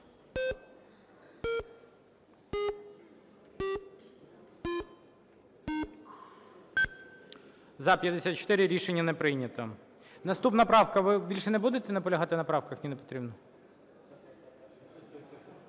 За-54 Рішення не прийнято. Наступна правка. Ви більше не будете наполягати на правках, Ніна Петрівна?